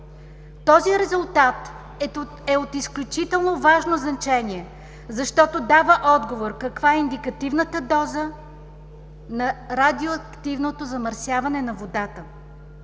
Този резултат е от изключително важно значение, защото дава отговор каква е индикативната база на радиоактивното замърсяване на водата.